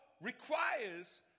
requires